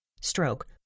stroke